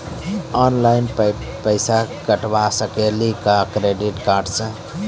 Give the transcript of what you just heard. Online पैसा कटवा सकेली का क्रेडिट कार्ड सा?